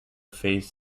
phase